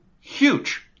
huge